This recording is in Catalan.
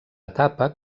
etapa